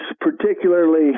particularly